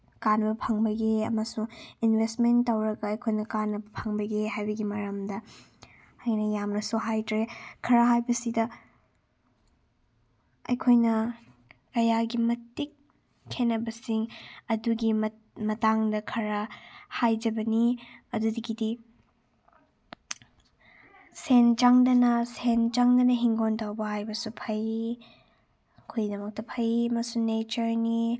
ꯀꯥꯅꯕ ꯐꯪꯕꯒꯦ ꯑꯃꯁꯨꯡ ꯏꯟꯚꯦꯁꯃꯦꯟ ꯇꯧꯔꯒ ꯑꯩꯈꯣꯏꯅ ꯀꯥꯅꯕ ꯐꯪꯕꯒꯦ ꯍꯥꯏꯕꯒꯤ ꯃꯔꯝꯗ ꯑꯩꯅ ꯌꯥꯝꯅꯁꯨ ꯍꯥꯏꯗ꯭ꯔꯦ ꯈꯔ ꯍꯥꯏꯕꯁꯤꯗ ꯑꯩꯈꯣꯏꯅ ꯀꯌꯥꯒꯤ ꯃꯇꯤꯛ ꯈꯦꯠꯅꯕꯁꯤ ꯑꯗꯨꯒꯤ ꯃꯇꯥꯡꯗ ꯈꯔ ꯍꯥꯏꯖꯕꯅꯤ ꯑꯗꯨꯗꯒꯤꯗꯤ ꯁꯦꯟ ꯆꯪꯗꯅ ꯁꯦꯟ ꯆꯪꯗꯅ ꯍꯤꯡꯒꯣꯟ ꯇꯧꯕ ꯍꯥꯏꯕꯁꯨ ꯐꯩ ꯑꯩꯈꯣꯏꯒꯤꯗꯃꯛꯇ ꯐꯩ ꯑꯃꯁꯨꯡ ꯅꯦꯆꯔꯅꯤ